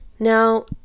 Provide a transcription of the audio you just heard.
Now